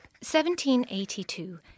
1782